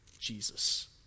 Jesus